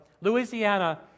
Louisiana